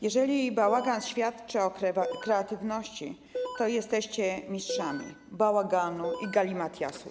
Jeżeli bałagan świadczy o kreatywności, to jesteście mistrzami bałaganu i galimatiasu.